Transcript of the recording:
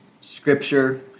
scripture